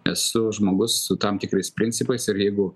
esu žmogus su tam tikrais principais ir jeigu